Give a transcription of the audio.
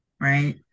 right